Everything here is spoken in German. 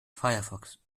firefox